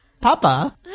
Papa